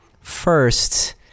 first